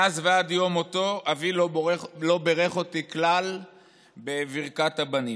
מאז ועד יום מותו אבי לא בירך אותי כלל בברכת הבנים.